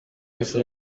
busa